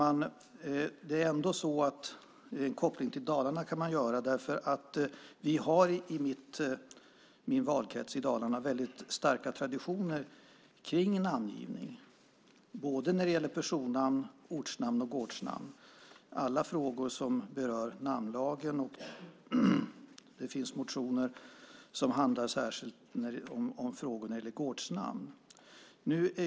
Man kan ändå göra en koppling till Dalarna därför att man i min valkrets i Dalarna har väldigt starka traditioner kring namngivning, både när det gäller personnamn, ortsnamn och gårdsnamn - alla frågor som berör namnlagen. Det finns motioner som handlar särskilt om gårdsnamn.